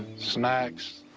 snacks?